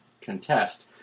contest